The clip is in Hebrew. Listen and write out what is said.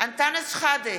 אנטאנס שחאדה,